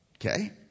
Okay